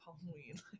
Halloween